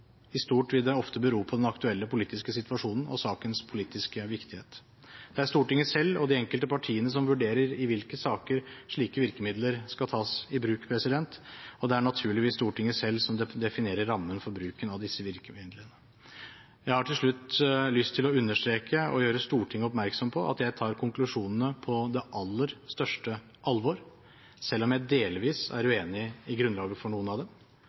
I stort vil det ofte bero på den aktuelle politiske situasjonen og sakens politiske viktighet. Det er Stortinget selv og de enkelte partiene som vurderer i hvilke saker slike virkemidler skal tas i bruk, og det er naturligvis Stortinget selv som definerer rammen for bruken av disse virkemidlene. Jeg har til slutt lyst til å understreke og gjøre Stortinget oppmerksom på at jeg tar konklusjonene på det aller største alvor, selv om jeg delvis er uenig i grunnlaget for noen av dem.